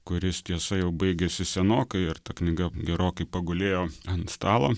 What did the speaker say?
kuris tiesa jau baigėsi senokai ir ta knyga gerokai pagulėjo ant stalo